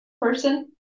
person